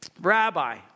Rabbi